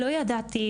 לא ידעתי,